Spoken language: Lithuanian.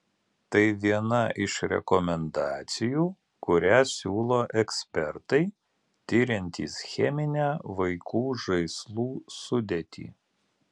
tai viena iš rekomendacijų kurią siūlo ekspertai tiriantys cheminę vaikų žaislų sudėtį